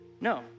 no